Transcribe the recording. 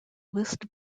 list